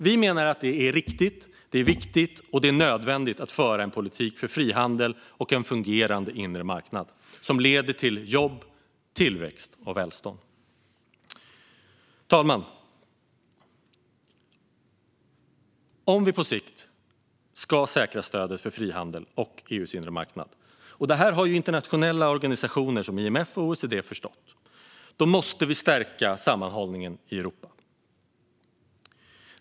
Vi menar att det är riktigt, viktigt och nödvändigt att föra en politik för frihandel och en fungerande inre marknad som leder till jobb, tillväxt och välstånd. Fru talman! Om vi på sikt ska säkra stödet för frihandel och EU:s inre marknad - och detta har internationella organisationer som IMF och OECD förstått - måste vi stärka sammanhållningen i Europa.